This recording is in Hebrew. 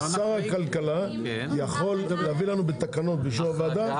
שר הכלכלה יכול להביא לנו הקלה בתקנות באישור הוועדה.